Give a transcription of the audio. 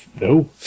No